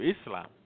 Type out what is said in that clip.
Islam